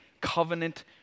covenant